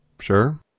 Sure